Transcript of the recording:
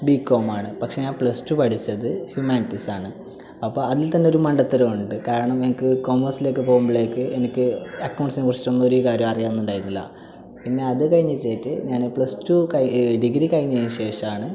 B com ആണ് പക്ഷേ ഞാൻ പ്ലസ് ടു പഠിച്ചത് ഹുമാനിറ്റീസ് ആണ് അപ്പോൾ അതിൽ തന്നെ ഒരു മണ്ടത്തരമുണ്ട് കാരണം എനിക്ക് കോമേഴ്സിലേക്ക് പോകുമ്പോഴേക്ക് എനിക്ക് അക്കൌണ്ട്സിനെ കുറിച്ചിട്ട് ഒന്നും ഒരു കാര്യവും അറിയാവുന്നുണ്ടായിരുന്നില്ല പിന്നെ അതുകഴിഞ്ഞിട്ട് ഞാന് പ്ലസ് ടു കഴി ഡിഗ്രി കഴിഞ്ഞതിന് ശേഷമാണ്